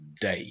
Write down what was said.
day